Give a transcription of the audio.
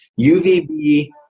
UVB